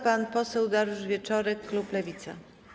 Pan poseł Dariusz Wieczorek, klub Lewica.